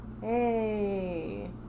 Hey